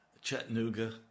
Chattanooga